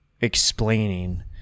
explaining